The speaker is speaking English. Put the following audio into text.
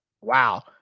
Wow